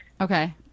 Okay